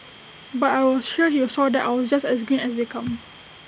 but I was sure he saw that I was just as green as they come